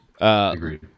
agreed